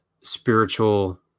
spiritual